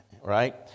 right